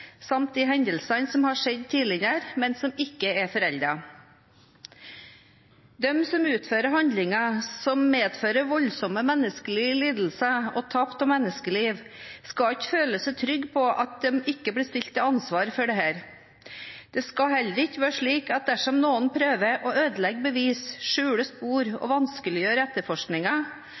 samt de hendelsene som har skjedd tidligere, men som ikke er foreldet. De som utfører handlinger som medfører voldsomme menneskelige lidelser og tap av menneskeliv, skal ikke føle seg trygge på at de ikke blir stilt til ansvar for dette. Det skal heller ikke være slik at dersom noen prøver å ødelegge bevis, skjule spor